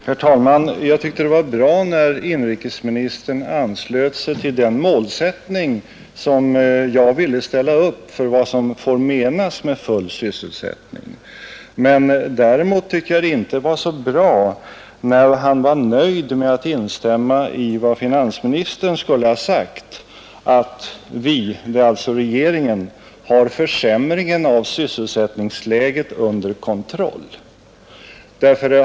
Herr talman! Jag tyckte det var bra när inrikesministern anslöt sig till den målsättning som jag ville ställa upp för vad som bör menas med full sysselsättning. Däremot tycker jag det inte var bra när han var nöjd med att instämma i vad finansministern skulle ha sagt, att ”vi” — det är alltså regeringen — ”har försämringen av sysselsättningsläget under kontroll”.